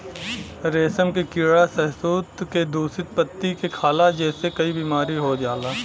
रेशम के कीड़ा शहतूत के दूषित पत्ती के खाला जेसे कई बीमारी हो जाला